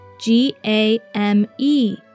G-A-M-E